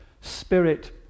spirit